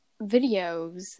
videos